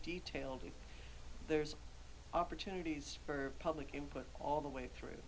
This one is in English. detailed there's opportunities for public input all the way through